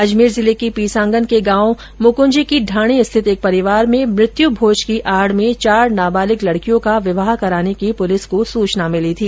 अजमेर जिले के पीसांगन के गांव मुकृंजी की ढाणी स्थित एक परिवार में मृत्यू भोज की आड़ में चार नाबालिग लड़कियों का विवाह कराने की पुलिस को सूचना मिली थी